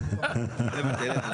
יושב-ראש.